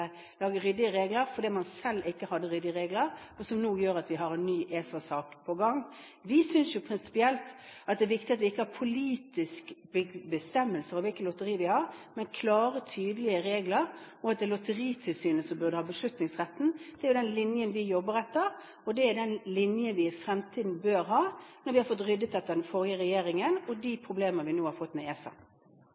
ryddige regler fordi man selv ikke hadde ryddige regler, noe som nå gjør at vi har en ny ESA-sak på gang. Vi synes prinsipielt at det er viktig at vi ikke har politiske bestemmelser om hvilke lotterier vi har, men klare, tydelige regler, og at det er Lotteritilsynet som burde ha beslutningsretten. Det er den linjen vi jobber etter, og det er den linjen vi i fremtiden bør ha når vi har fått ryddet etter den forrige regjeringen og de problemer vi nå har fått med ESA.